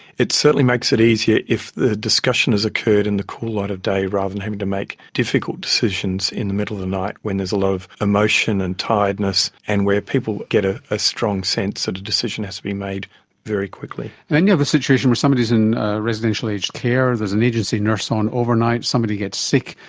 it certainly makes it easier if the discussion has occurred in the cool light of day rather than having to make difficult decisions in the middle of the night when there is a lot of emotion and tiredness and where people get a a strong sense that a decision has to be made very quickly. and then you have a situation where somebody is in residential aged care, there's an agency nurse on overnight, somebody gets sick,